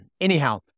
Anyhow